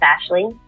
Ashley